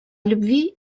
любви